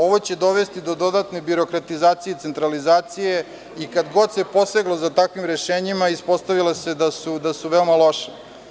Ovo će dovesti do dodatne birokratizacije i centralizacije i kada god se poseglo sa takvim rešenjima, ispostavilo se da su veoma loša.